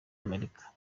amerika